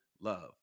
love